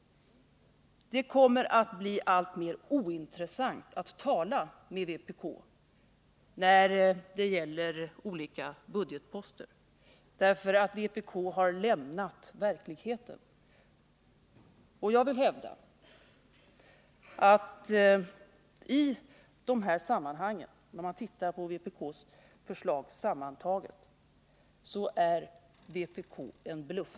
Det kommer att bli alltmer ointressant att tala med vpk när det gäller olika budgetposter, därför att vpk har lämnat verkligheten. Jag vill hävda att när man tittar på vpk:s förslag sammantagna finner man att vpk är en bluff.